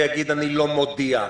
ויגיד - אני לא מודיע.